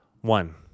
One